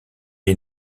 est